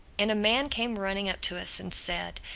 and a man came running up to us and said,